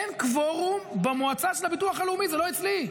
אין קוורום במועצה של הביטוח הלאומי, זה לא אצלי.